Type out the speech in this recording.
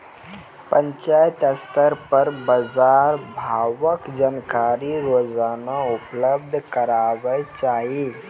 पंचायत स्तर पर बाजार भावक जानकारी रोजाना उपलब्ध करैवाक चाही?